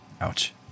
Ouch